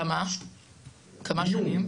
כמה שנים?